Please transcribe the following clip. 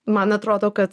man atrodo kad